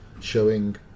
showing